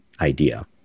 idea